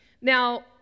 Now